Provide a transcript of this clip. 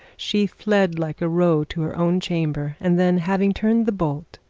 she fled like a roe to her own chamber, and then, having turned the bolt,